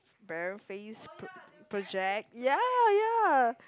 bare face p~ project ya ya